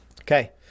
Okay